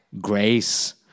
grace